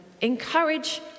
encourage